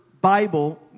Bible